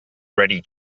ready